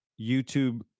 YouTube